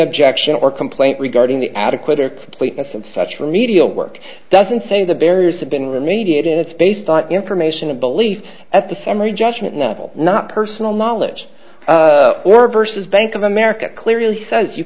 objection or complaint regarding the adequate it and some such remedial work doesn't say the barriers have been remediated it's based on information and belief at the summary judgment novel not personal knowledge or versus bank of america clearly says you